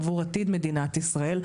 עבור עתיד מדינת ישראל,